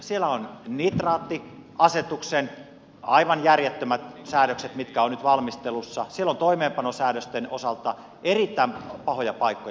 siellä on nitraattiasetuksen aivan järjettömät säädökset mitkä ovat nyt valmistelussa ja siellä on toimeenpanosäädösten osalta erittäin pahoja paikkoja